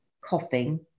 coughing